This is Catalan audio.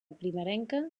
primerenca